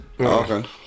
Okay